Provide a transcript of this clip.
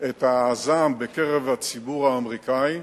את הזעם בקרב הציבור האמריקני,